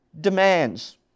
demands